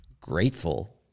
grateful